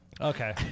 Okay